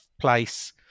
place